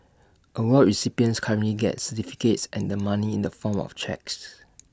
award recipients currently get certificates and the money in the form of cheques